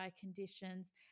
conditions